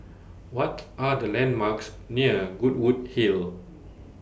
What Are The landmarks near Goodwood Hill